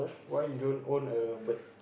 why you don't own a birds